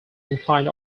inclined